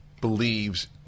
believes